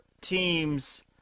teams